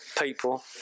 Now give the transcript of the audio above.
people